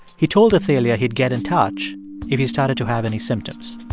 he told athalia he'd get in touch if he started to have any symptoms